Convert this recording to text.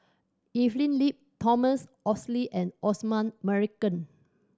Evelyn Lip Thomas Oxley and Osman Merican